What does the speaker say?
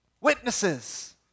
Witnesses